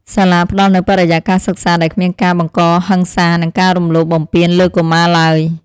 សាលាផ្តល់នូវបរិយាកាសសិក្សាដែលគ្មានការបង្កហិង្សានិងការរំលោភបំពានលើកុមារឡើយ។